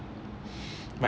right